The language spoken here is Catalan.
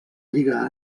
lliga